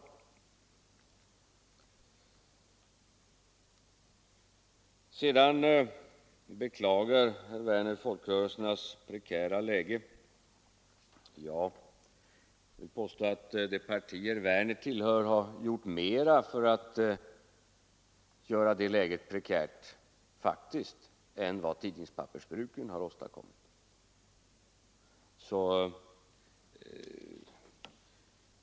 Dessutom beklagar herr Werner folkrörelsernas prekära läge. Jag vill faktiskt påstå att det parti som herr Werner tillhör bidragit mera till att göra det läget prekärt än vad pappersbruken har åstadkommit.